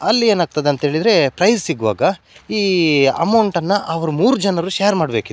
ಅಲ್ಲಿ ಏನಾಗ್ತದೆ ಅಂತ ಹೇಳಿದರೆ ಪ್ರೈಝ್ ಸಿಗುವಾಗ ಈ ಅಮೌಂಟನ್ನು ಅವ್ರು ಮೂರು ಜನರು ಶ್ಯಾರ್ ಮಾಡಬೇಕಿತ್ತು